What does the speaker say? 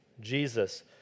Jesus